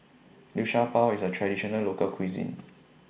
Liu Sha Bao IS A Traditional Local Cuisine